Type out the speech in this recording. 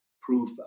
proof